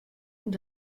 und